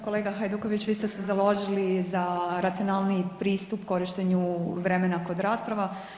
Kolega Hajduković, vi ste se založili za racionalniji pristup korištenju vremena kod rasprava.